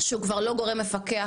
שהוא כבר לא גורם מפקח,